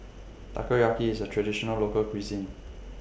Takoyaki IS A Traditional Local Cuisine